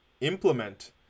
implement